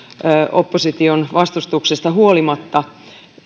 opposition vastustuksesta huolimatta